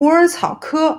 虎耳草科